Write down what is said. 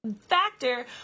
factor